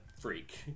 freak